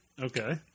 Okay